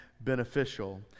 beneficial